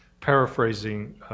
paraphrasing